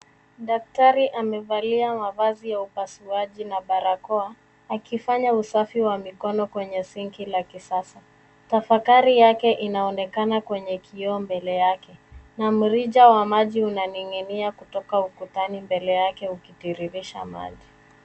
Daktari amevalia mavazi ya upasuaji na barakoa akifanya usafi wa mikono kwenye sinki la kisasa. Tafakari yake inaonekana kwenye kioo mbele yake na mrija wa maji unaning'inia kutoka ukutani mbele yake ukitiririsha maji.